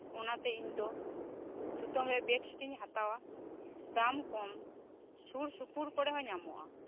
ᱚᱱᱟ ᱛᱮ ᱤᱧ ᱫᱚ ᱥᱩᱛᱟᱹᱢ ᱨᱮᱱᱟᱜ ᱵᱮᱹᱰᱥᱤᱴ ᱜᱤᱧ ᱦᱟᱛᱟᱣᱟ ᱫᱟᱢ ᱠᱚᱢ ᱥᱩᱨ ᱥᱩᱯᱩᱨ ᱠᱚᱨᱮ ᱦᱚᱸ ᱧᱟᱢᱚᱜᱼᱟ